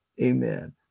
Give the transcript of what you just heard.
Amen